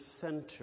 center